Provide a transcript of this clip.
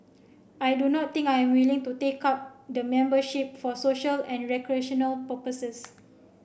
I do not think I'm willing to take up the membership for social and recreational purposes